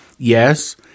Yes